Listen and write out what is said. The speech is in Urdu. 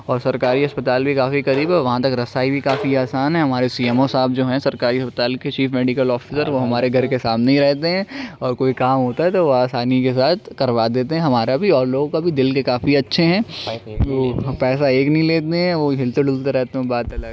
اور سرکاری اسپتال بھی کافی قریب ہے وہاں تک رسائی بھی کافی آسان ہے ہمارے سی ایم او صاحب جو ہیں سرکاری اسپتال کے چیف میڈیکل آفیسر وہ ہمارے گھر کے سامنے ہی رہتے ہیں اور کوئی کام ہوتا ہے تو وہ آسانی کے ساتھ کروا دیتے ہیں ہمارا بھی اور لوگوں کا بھی دل کے کافی اچھے ہیں پیسہ ایک بھی نہیں لیتے ہیں وہ ہلتے ڈلتے رہتے ہیں وہ بات الگ